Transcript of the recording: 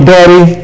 Daddy